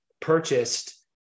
purchased